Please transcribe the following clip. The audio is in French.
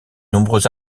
nombreux